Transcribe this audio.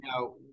Now